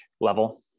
level